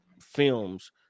films